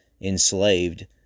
enslaved